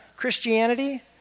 Christianity